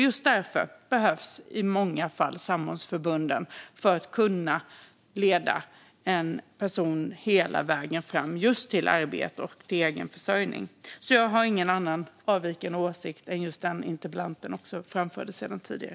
Just därför behövs i många fall samordningsförbunden för att leda en person hela vägen fram till arbete och egen försörjning. Jag har alltså ingen annan åsikt än den som interpellanten framförde tidigare.